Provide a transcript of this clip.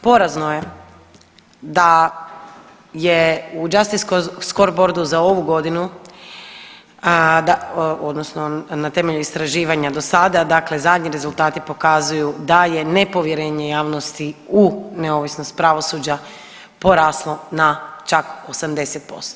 Porazno je da u Justice Scoreboardu za ovu godinu odnosno na temelju istraživanja do sada dakle zadnji rezultati pokazuju da je nepovjerenje javnosti u neovisnost pravosuđa poraslo na čak 80%